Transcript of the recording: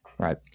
Right